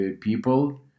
people